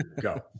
go